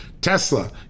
Tesla